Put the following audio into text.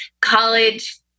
college